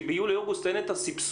כי ביולי-אוגוסט אין את הסבסוד.